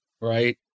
right